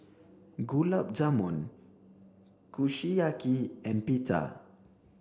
Gulab Jamun Kushiyaki and Pita